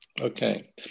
Okay